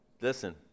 Listen